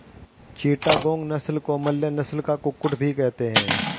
चिटागोंग नस्ल को मलय नस्ल का कुक्कुट भी कहते हैं